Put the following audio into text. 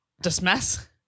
dismiss